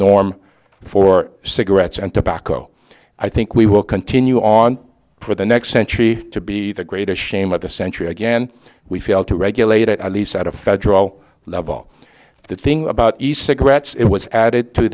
norm for cigarettes and tobacco i think we will continue on for the next century to be the greatest shame of the century again we failed to regulate it at least at a federal level the thing about east cigarettes it was added to